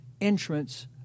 entrance